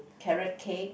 carrot cake